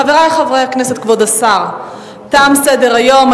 חברי חברי הכנסת, כבוד השר, תם סדר-היום.